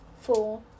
four